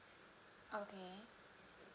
okay